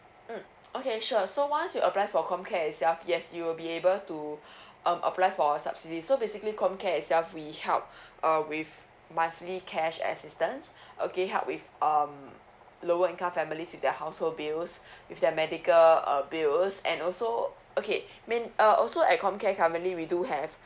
mm okay sure so once you apply for com care itself yes you'll be able to um apply for a subsidy so basically com care itself we help uh with monthly cash assistance okay help with um lower income families with their household bills with their medical uh bills and also okay main uh also at com care currently we do have